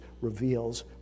reveals